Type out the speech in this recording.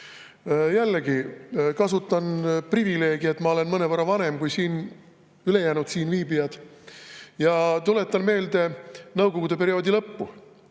Jällegi kasutan privileegi, et ma olen mõnevõrra vanem kui ülejäänud siinviibijad, ja tuletan meelde Nõukogude perioodi lõppu.